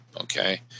Okay